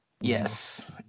Yes